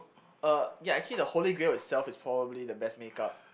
uh ya actually the holy grail itself is probably the best make-up